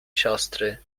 siostry